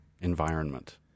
environment